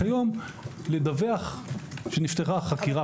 כיום לדווח שנפתחה חקירה פלילית --- אבל